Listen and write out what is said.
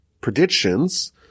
predictions